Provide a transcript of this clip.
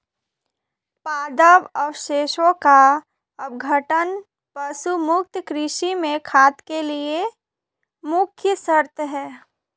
पादप अवशेषों का अपघटन पशु मुक्त कृषि में खाद के लिए मुख्य शर्त है